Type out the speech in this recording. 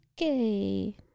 okay